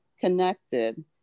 connected